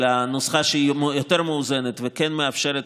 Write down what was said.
נוסחה שהיא יותר מאוזנת וכן מאפשרת,